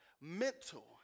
mental